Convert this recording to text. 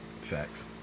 Facts